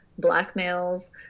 blackmails